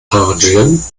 arrangieren